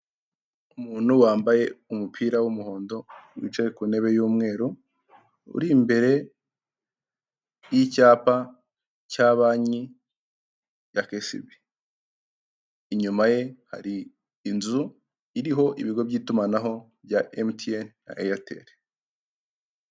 Umuntu wambaye umupira w'umuhondo wicaye ku ntebe y'umweru uri imbere y'icyapa cya banki ya kesibi. Inyuma ye hari inzu iriho ibigo by'itumanaho bya emutiyene na eyateri.